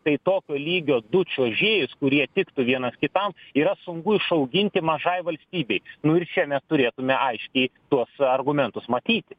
tai tokio lygio du čiuožėjus kurie tiktų vienas kitam yra sunku išauginti mažai valstybei nu ir čia mes turėtume aiškiai tuos argumentus matyti